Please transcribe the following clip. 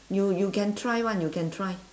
you you can try [one] you can try